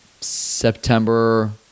September